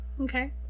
Okay